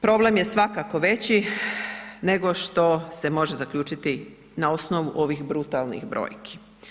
Problem je svakako veći nego što se može zaključiti na osnovu ovih brutalnih brojki.